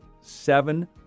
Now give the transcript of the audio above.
seven